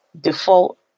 default